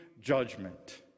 judgment